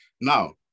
Now